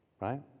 right